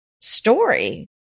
story